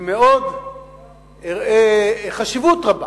אני אראה חשיבות רבה